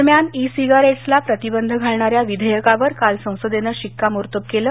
दरम्यान ई सिगारेटला प्रतिबंध घालणाऱ्या विधेयकावर काल संसदेनं शिक्कामोर्तब केलं